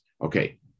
okay